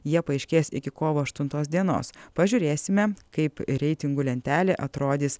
jie paaiškės iki kovo aštuntos dienos pažiūrėsime kaip reitingų lentelė atrodys